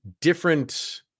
different